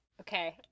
Okay